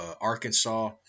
Arkansas